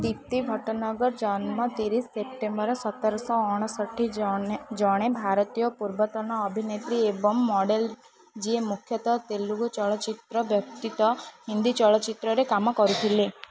ଦୀପ୍ତି ଭଟନଗର ଜନ୍ମ ତିରିଶ ସେପ୍ଟେମ୍ବର୍ ସତରଶହ ଅଣଶଠି ଜଣେ ଭାରତୀୟ ପୂର୍ବତନ ଅଭିନେତ୍ରୀ ଏବଂ ମଡେଲ୍ ଯିଏ ମୁଖ୍ୟତଃ ତେଲୁଗୁ ଚଳଚ୍ଚିତ୍ର ବ୍ୟତୀତ ହିନ୍ଦୀ ଚଳଚ୍ଚିତ୍ରରେ କାମ କରୁଥିଲେ